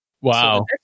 Wow